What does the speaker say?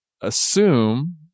assume